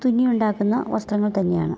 തുന്നി ഉണ്ടാക്കുന്ന വസ്ത്രങ്ങൾ തന്നെയാണ്